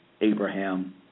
Abraham